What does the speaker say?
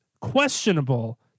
questionable